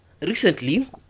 Recently